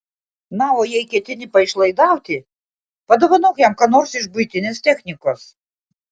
na o jei ketini paišlaidauti padovanok jam ką nors iš buitinės technikos